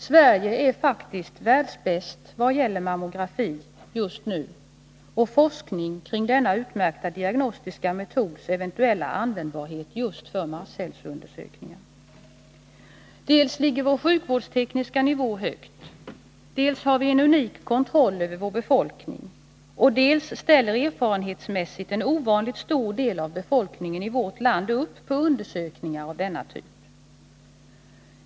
Sverige är faktiskt just nu världsbäst i vad gäller mammografi och forskning kring denna utmärkta diagnostiska metods eventuella användbarhet för just masshälsoundersökningar. Dels ligger vår sjukvårdstekniska nivå högt, dels har vi en unik kontroll över vår befolkning, dels ställer erfarenhetsmässigt en ovanligt stor del av befolkningen i vårt land upp på undersökningar av denna typ.